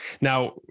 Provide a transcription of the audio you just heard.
Now